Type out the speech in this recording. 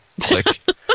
click